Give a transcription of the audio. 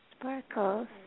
Sparkles